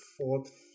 fourth